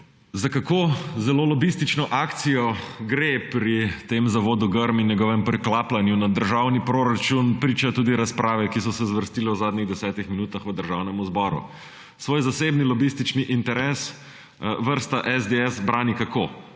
Za kako zelo lobistično akcijo gre pri tem zavodu Grm in njegovem priklapljanju na državni proračun, pričajo tudi razprave, ki so se zvrstile v zadnjih desetih minutah v Državnem zboru. Svoj zasebni lobistični interes vrsta SDS brani − kako?